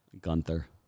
Gunther